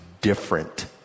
different